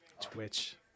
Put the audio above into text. Twitch